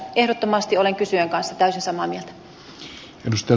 ehdottomasti olen kysyjän kanssa täysin samaa mieltä